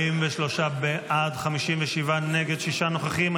43 בעד, 57 נגד, שישה נוכחים.